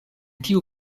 tiu